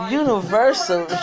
universal